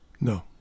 No